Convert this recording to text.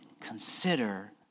consider